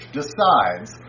decides